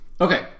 Okay